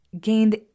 gained